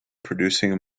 producing